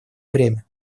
бремя